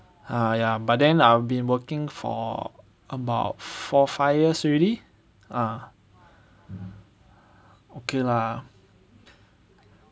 ah ya but then I've been working for about four five years already ah okay lah